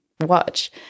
watch